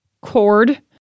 Cord